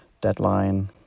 deadline